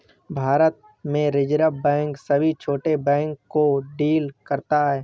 भारत में reserve bank सभी छोटे बैंक को डील करता है